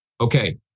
Okay